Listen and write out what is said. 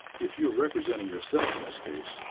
if you are representing yourself in this case,